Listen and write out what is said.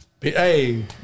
Hey